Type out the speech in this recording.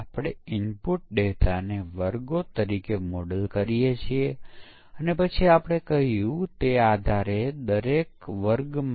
કઈ રીતે સોફ્ટવેરનું વેરિફિકેશન અને વેલિડેશન અલગ છે